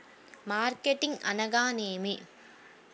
Marketing అనగానేమి?